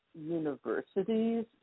universities